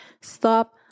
Stop